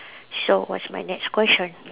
so what's my next question